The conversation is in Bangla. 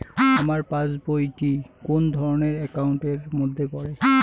আমার পাশ বই টি কোন ধরণের একাউন্ট এর মধ্যে পড়ে?